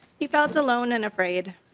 he felt alone and afraid.